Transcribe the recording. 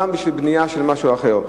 גם בשביל בנייה של משהו אחר.